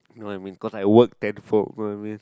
no I mean cause I work ten fold what I mean